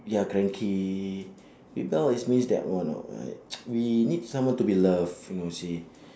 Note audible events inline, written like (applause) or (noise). ya cranky rebel is means that one you know uh (noise) we need someone to be love you know see